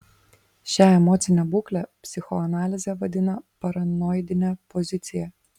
šią emocinę būklę psichoanalizė vadina paranoidine pozicija